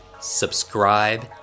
subscribe